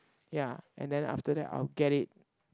ya and then after that I will get it